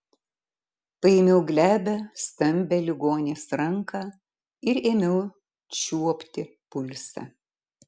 paėmiau glebią stambią ligonės ranką ir ėmiau čiuopti pulsą